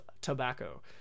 tobacco